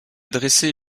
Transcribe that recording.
dressé